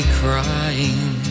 crying